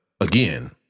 again